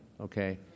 okay